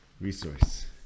resource